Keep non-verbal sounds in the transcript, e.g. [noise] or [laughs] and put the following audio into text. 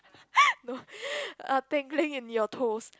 [laughs] no uh tingling in your toes